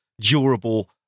durable